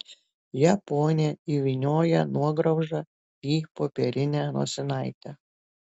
japonė įvynioja nuograužą į popierinę nosinaitę